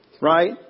right